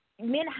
men